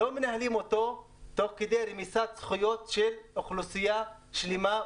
לא מנהלים אותו תוך כדי רמיסת זכויות של אוכלוסייה שלמה,